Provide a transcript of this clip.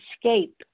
escape